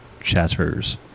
chatters